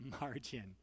margin